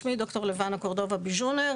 שמי ד"ר לבנה קורדובה ביז'ונר,